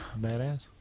Badass